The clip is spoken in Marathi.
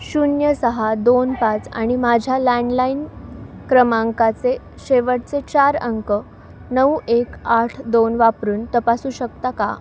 शून्य सहा दोन पाच आणि माझ्या लँडलाइण क्रमांकाचे शेवटचे चार अंक नऊ एक आठ दोन वापरून तपासू शकता का